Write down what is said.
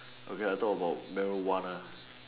okay I talk about merger one